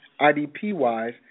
IDP-wise